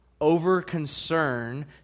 over-concern